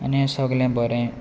आनी सगलें बरें